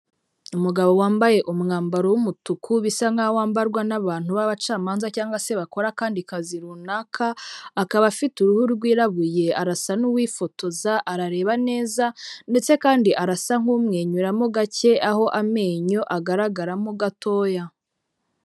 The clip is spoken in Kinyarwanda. Umugabo wambaye umwambaro w'umutuku, bisa nkaho wambarwa n'abantu b'abacamanza cyangwa se bakora akandi kazi runaka, akaba afite uruhu rwirabuye, arasa n'uwifotoza, arareba neza ndetse kandi arasa nk'umwenyuramo gake aho amenyo agaragaramo gatoya.